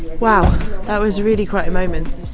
wow. that was really quite a moment